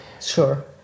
sure